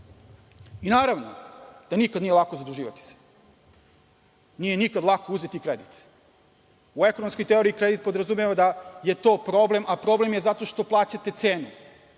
da nikada nije lako zaduživati se, nije nikad lako uzeti kredit. U ekonomskoj teoriji kredit podrazumeva da je to problem, a problem je zato što plaćate cenu.